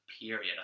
period